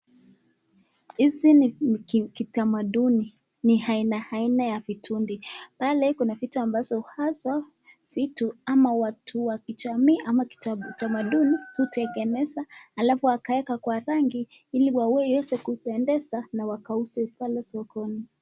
Hii si ni kitamaduni ni aina aina ya vitundi. Pale kuna vitu ambavyo haswa vitu ama watu wa kijamii ama kitamaduni hutengeneza alafu wakaweka kwa rangi ili wawe yote kupendeza na wakauze pale sokoni.